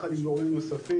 ויחד עם גורמים נוספים.